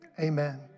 amen